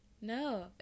no